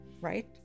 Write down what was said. right